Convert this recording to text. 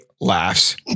laughs